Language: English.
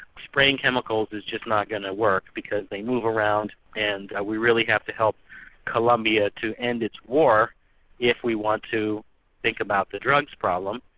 spraying chemicals is just not going to work because they move around and we really have to help colombia to end its war if we want to think about the drugs problem.